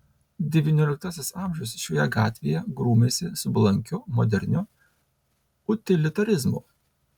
devynioliktasis amžius šioje gatvėje grūmėsi su blankiu moderniu utilitarizmu